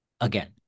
Again